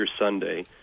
Sunday